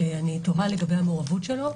אני תוהה לגבי המעורבות שלו.